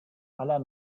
aller